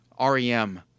rem